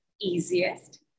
easiest